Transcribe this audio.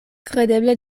kredeble